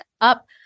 up